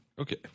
Okay